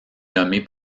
nommé